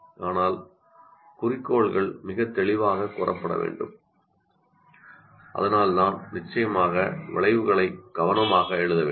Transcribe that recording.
ஆனால் குறிக்கோள்கள் மிகத் தெளிவாகக் கூறப்பட வேண்டும் அதனால்தான் நிச்சயமாக முடிவுகளை கவனமாக எழுத வேண்டும்